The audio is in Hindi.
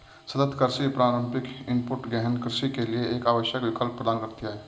सतत कृषि पारंपरिक इनपुट गहन कृषि के लिए एक आवश्यक विकल्प प्रदान करती है